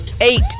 eight